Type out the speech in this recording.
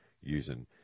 using